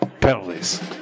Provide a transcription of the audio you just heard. penalties